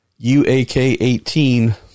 UAK18